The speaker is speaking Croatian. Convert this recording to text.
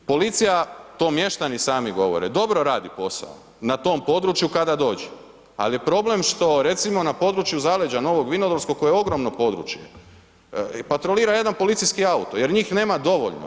Policija, to mještani sami govore dobro radi posao na tom području kada dođu, ali je problem što recimo na području zaleđa Novog Vinodolskog koje je ogromno područje patrolira jedan policijski auto jer njih nema dovoljno.